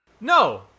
No